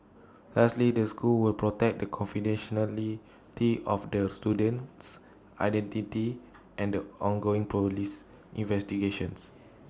lastly the school will protect the confidentiality of the student's identity and the ongoing Police investigations